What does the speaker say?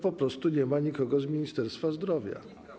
Po prostu nie ma nikogo z Ministerstwa Zdrowia.